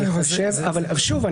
שוב,